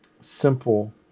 simple